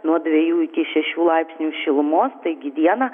nuo dviejų iki šešių laipsnių šilumos taigi dieną